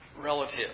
relative